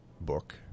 book